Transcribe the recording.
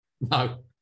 No